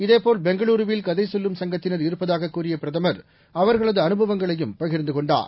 இதேபோல் பெங்களூரில் கதை சொல்லும் சங்கத்தினா் இருப்பதாகக் கூறிய பிரதமா் அவா்களதுஅனுபவங்களையும் பகிர்ந்து கொண்டார்